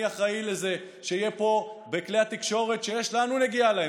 אני אחראי לזה שבכלי התקשורת שיש לנו נגיעה להם,